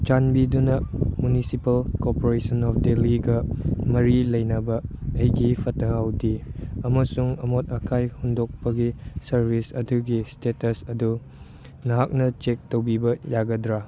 ꯆꯥꯟꯕꯤꯗꯨꯅ municipal corporation of ꯗꯦꯜꯂꯤꯒ ꯃꯔꯤ ꯂꯩꯅꯕ ꯑꯩꯒꯤ ꯐꯠꯇ ꯍꯧꯗꯤ ꯑꯃꯁꯨꯡ ꯑꯃꯣꯠ ꯑꯀꯥꯏ ꯍꯨꯟꯗꯣꯛꯄꯒꯤ ꯁꯥꯔꯕꯤꯁ ꯑꯗꯨꯒꯤ ꯏꯁꯇꯦꯇꯁ ꯑꯗꯨ ꯅꯍꯥꯛꯅ ꯆꯦꯛ ꯇꯧꯕꯤꯕ ꯌꯥꯒꯗ꯭ꯔ